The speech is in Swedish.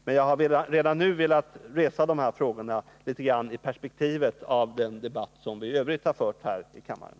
Men jag ville redan nu resa de här frågorna litet grand i perspektivet av den debatt som i övrigt har förts här i kammaren.